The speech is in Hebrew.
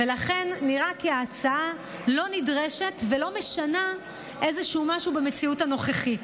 לכן נראה כי ההצעה לא נדרשת ולא משנה איזשהו משהו במציאות הנוכחית.